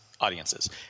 audiences